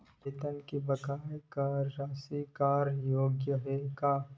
वेतन के बकाया कर राशि कर योग्य हे का?